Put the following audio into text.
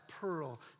pearl